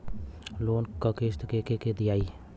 Loan क किस्त के के दियाई?